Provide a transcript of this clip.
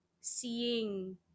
seeing